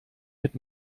mit